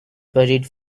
buried